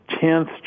tenth